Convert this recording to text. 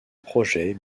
projet